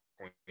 Point